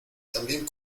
también